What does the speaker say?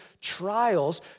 trials